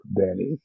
Danny